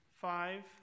five